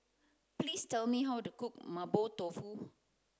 please tell me how to cook mapo tofu